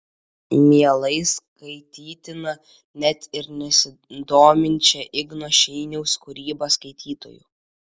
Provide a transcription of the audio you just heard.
mielai skaitytina net ir nesidominčio igno šeiniaus kūryba skaitytojo